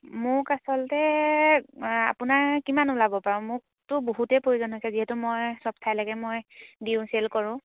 মোক আচলতে আপোনাৰ কিমান ওলাব বাৰু মোকতো বহুতেই প্ৰয়োজন হৈছে যিহেতু মই চব ঠাইলৈকে মই দিওঁ চেল কৰোঁ